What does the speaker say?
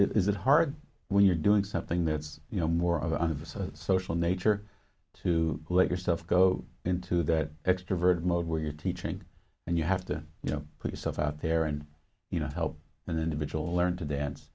right is it hard when you're doing something that's you know more of a sort of social nature to let yourself go into that extroverted mode where you're teaching and you have to you know put yourself out there and you know help an individual learn to dance